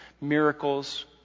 miracles